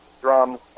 drums